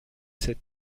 sept